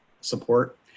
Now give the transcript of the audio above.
support